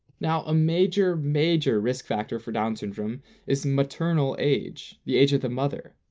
now a major major risk factor for down syndrome is maternal age, the age of the mother.